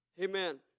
Amen